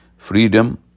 Freedom